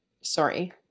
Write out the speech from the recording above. Sorry